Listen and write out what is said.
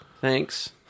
Thanks